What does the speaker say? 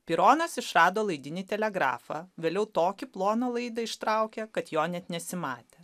pironas išrado laidinį telegrafą vėliau tokį ploną laidą ištraukė kad jo net nesimatė